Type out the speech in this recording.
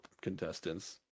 contestants